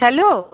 hello